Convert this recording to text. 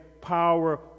power